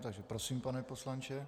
Takže prosím, pane poslanče.